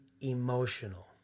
emotional